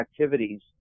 activities